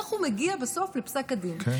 איך הוא מגיע בסוף לפסק הדין?